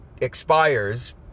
expires